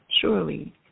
Surely